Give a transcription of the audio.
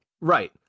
Right